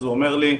אז הוא אומר לי: